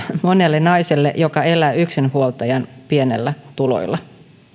monelle naiselle joka elää yksinhuoltajan pienillä tuloilla